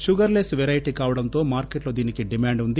sugar less variety కావడంతో మార్కెట్లో దీనికి డిమాండ్ ఉంది